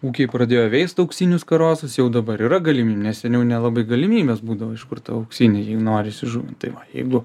ūkiai pradėjo veist auksinius karosus jau dabar yra galimiu nes seniau nelabai galimybės būdavo iš kur tą auksinį jei norisi žuvį tai va jeigu